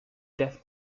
death